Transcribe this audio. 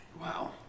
wow